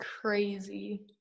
crazy